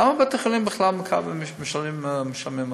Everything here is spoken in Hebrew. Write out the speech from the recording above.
למה בתי חולים בכלל משלמים ארנונה?